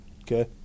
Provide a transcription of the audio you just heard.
Okay